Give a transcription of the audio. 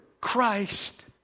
Christ